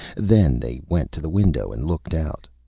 then they went to the window and looked out.